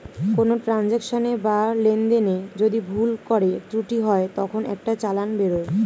কোনো ট্রান্সাকশনে বা লেনদেনে যদি ভুল করে ত্রুটি হয় তখন একটা চালান বেরোয়